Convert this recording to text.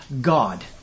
God